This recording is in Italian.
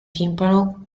timpano